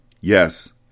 Yes